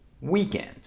weekend